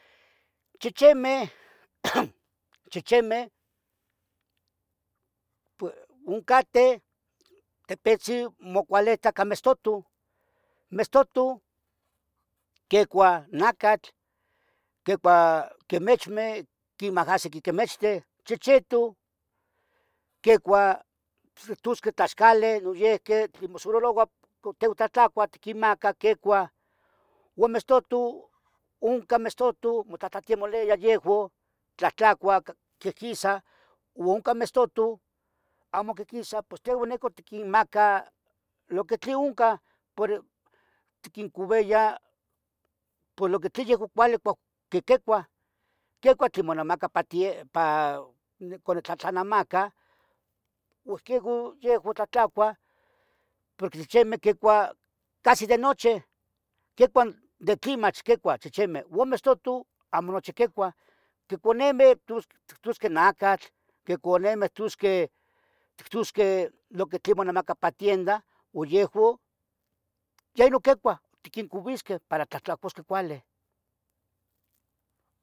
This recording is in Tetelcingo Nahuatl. Chichime, chichimeh pue, uncateh tepetzin mocuileta ca mestotu,. mestotu quiecua nacatl, quicua quimichmeh, quimahahsi quiqemechten. chihchitu quicua tusqueh tlaxacale noyehque tlin mosoloroua con. tehoun tlahtlacuah tiquimacah quecuah Oun mestotu, unca mestotu motlahtlatiemolia yehou, tlahtlacua,. quihquisa u onca mestotu amo quihquisa pos tehoun neco tiquinmacah. lo que tlin uncan por, tiquincoviyah, por lo que tlin yehou cuali, cuah, qui quicuah, quicuah tlin monamaca pa tien, pa nicon. nitlahtlanamaca, porque yehua, yehua tlahtlacua, porque chichimeh. quicuah casi de nochi, quicuah de tlin mach quicuah chichimeh o mistotu, amo nochi quicuah quicu nemeh tus tusqueh nacatl, quicu nemeh tusqueh tictusqueh lo que tlin monamaca pa tienda o yehoun yeh noquicuah tiquincovisqueh para tlahtlocuasqueh cuale.